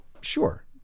sure